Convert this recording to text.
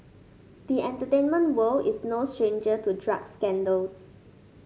the entertainment world is no stranger to drug scandals